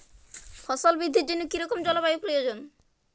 ফসল বৃদ্ধির জন্য কী রকম জলবায়ু প্রয়োজন?